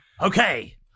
Okay